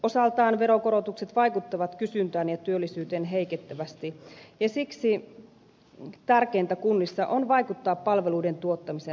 osaltaan veronkorotukset vaikuttavat kysyntään ja työllisyyteen heikentävästi ja siksi tärkeintä kunnissa on vaikuttaa palveluiden tuottamisen rakenteisiin